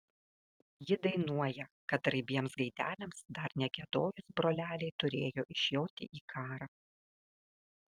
ji dainuoja kad raibiems gaideliams dar negiedojus broleliai turėjo išjoti į karą